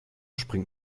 springt